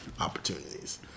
opportunities